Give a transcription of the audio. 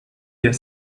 their